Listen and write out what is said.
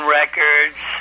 records